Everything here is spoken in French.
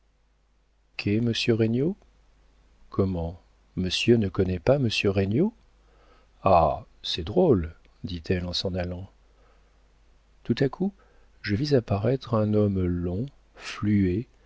regnault comment monsieur ne connaît pas monsieur regnault ah c'est drôle dit-elle en s'en allant tout à coup je vis apparaître un homme long fluet